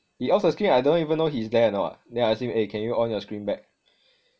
he off the screen I don't even know he's there or not then I ask him eh can you on your screen back